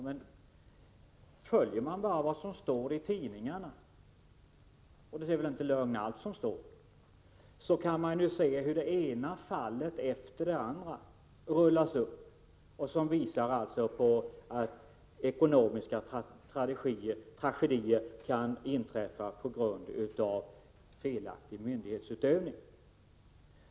Men följer man bara vad som står i tidningarna — och det är väl inte lögn alltsammans — kan man se hur det ena fallet efter det andra rullas upp och visar att ekonomiska tragedier kan inträffa på grund av felaktig myndighetsutövning.